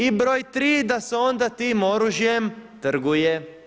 I broj tri, da se onda tim oružjem trguje.